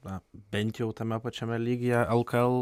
na bent jau tame pačiame lygyje lkl